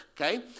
Okay